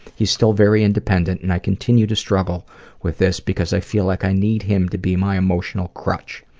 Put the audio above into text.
he's still very independent and i continue to struggle with this because i feel like i need him to be my emotional crutch.